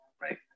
Right